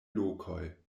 lokoj